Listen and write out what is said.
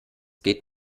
geht